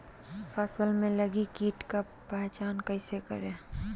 फ़सल में लगे किट का पहचान कैसे करे?